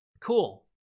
Cool